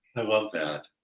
i love that.